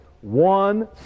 one